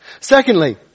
Secondly